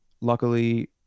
luckily